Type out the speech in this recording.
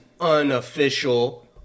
unofficial